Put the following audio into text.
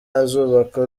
azubaka